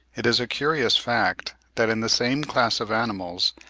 it is a curious fact that in the same class of animals,